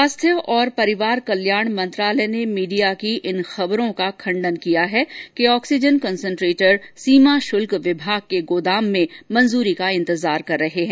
स्वास्थ्य और परिवार कल्याण मंत्रालय ने मीडिया की इन खबरों का खंडन किया है कि ऑक्सीजन कंसंट्रेटर सीमा शुल्क विभाग के गोदाम में मंजूरी का इंतजार कर रहे हैं